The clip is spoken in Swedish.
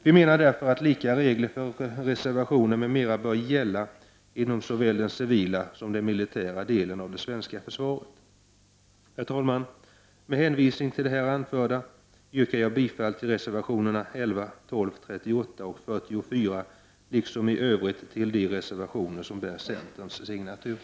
Vi menar därför att lika regler för reservationer m.m. bör gälla inom såväl den civila som den militära delen av det svenska försvaret. Herr talman! Med hänvisning till det anförda yrkar jag bifall till reservationerna 11, 12, 38 och 44, och i övrigt till de reservationer där centerns finns med.